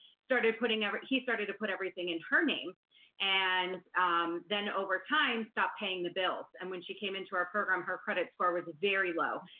started putting, he started to put everything in her name and then over time, stopped paying the bills. and when she came into our program, her credit score was very low.